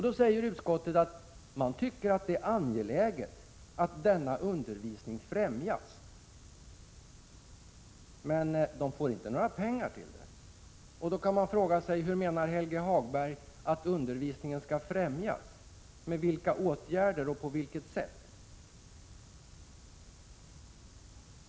Då säger utskottet att det är angeläget att denna undervisning främjas. Men man får inte några pengar till det. Man kan fråga sig: Hur menar Helge Hagberg att undervisningen skall främjas? Med vilka åtgärder och på vilket sätt?